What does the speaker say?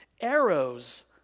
arrows